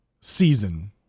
season